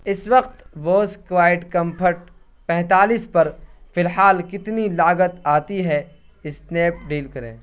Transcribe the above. اس وقت Bose quiet comfort پینتالیس پر فی الحال کتنی لاگت آتی ہے اسنیپ ڈیل کریں